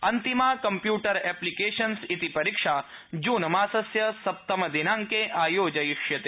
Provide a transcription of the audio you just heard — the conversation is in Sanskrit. अन्तिमा कम्प्यूटर् एप्लिकेशन्स् इति परीक्षा जून मासस्य सप्तमदिनाङ्के आयोजयिष्यते